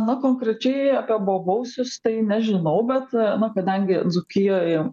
na konkrečiai apie bobausius tai nežinau bet na kadangi dzūkijoj